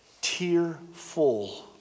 Tearful